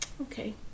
Okay